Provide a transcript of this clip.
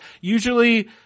Usually